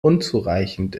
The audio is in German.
unzureichend